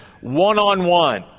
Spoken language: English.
one-on-one